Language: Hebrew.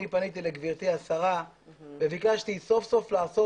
אני פניתי לגברתי השרה וביקשתי סוף סוף לעשות